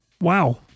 Wow